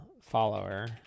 follower